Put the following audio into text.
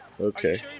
Okay